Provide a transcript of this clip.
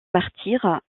martyr